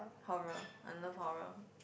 horror I love horror